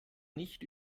nicht